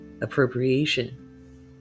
appropriation